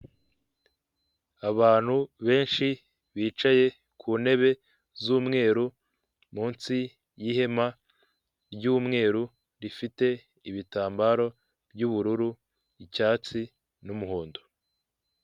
Abantu benshi bicaye ku ntebe z'umweru munsi y'ihema ry'umweru rifite ibitambaro by'ubururu icyatsi n'umuhondo.